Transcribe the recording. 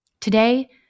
Today